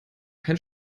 kein